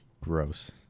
Gross